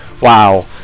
Wow